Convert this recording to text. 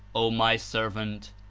o my servant!